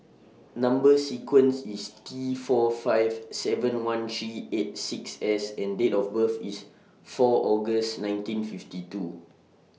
Number sequence IS T four five seven one three eight six S and Date of birth IS four August nineteen fifty two